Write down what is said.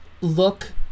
look